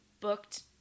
booked –